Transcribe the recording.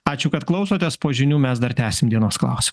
ačiū kad klausotės po žinių mes dar tęsim dienos klausimą